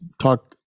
talk